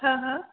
हँ हँ